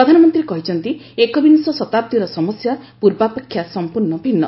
ପ୍ରଧାନମନ୍ତ୍ରୀ କହିଛନ୍ତି ଏକବିଂଶ ଶତାବ୍ଦୀର ସମସ୍ୟା ପୂର୍ବାପେକ୍ଷା ସମ୍ପୂର୍ଣ୍ଣ ଭିନ୍ନ